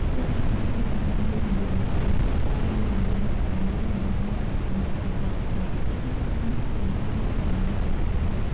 មូលហេតុនេះហើយ បានជាសម្លៀកបំពាក់ជជុះផ្ដល់នូវជម្រើសដ៏ល្អមួយសម្រាប់អ្នកដែលមានថវិកាកំណត់ ឬចង់កាត់បន្ថយការចំណាយប្រចាំថ្ងៃ។